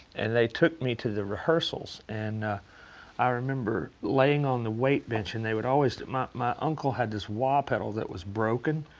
and they took me to the rehearsals. and i remember laying on the weight bench. and they would always my my uncle had this wah pedal that was broken.